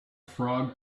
frog